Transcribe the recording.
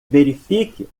verifique